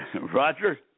Roger